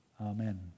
Amen